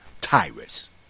Tyrus